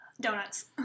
Donuts